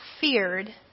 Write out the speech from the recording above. feared